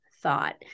thought